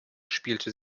spielte